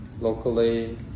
locally